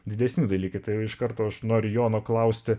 didesni dalykai tai iš karto aš noriu jono klausti